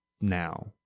now